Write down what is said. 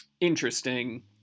interesting